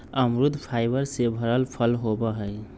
अमरुद फाइबर से भरल फल होबा हई